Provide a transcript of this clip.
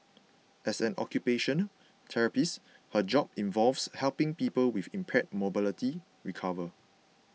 as an occupational therapist her job involves helping people with impaired mobility recover